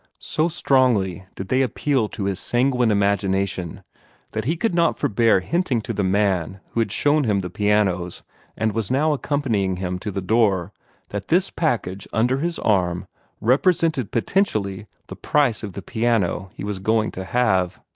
so strongly did they appeal to his sanguine imagination that he could not forbear hinting to the man who had shown him the pianos and was now accompanying him to the door that this package under his arm represented potentially the price of the piano he was going to have.